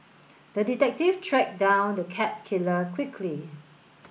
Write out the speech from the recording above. the detective tracked down the cat killer quickly